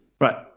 Right